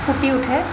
ফুটি উঠে